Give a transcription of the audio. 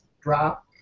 drop